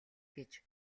гэж